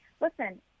listen